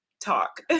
talk